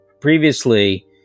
previously